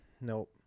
nope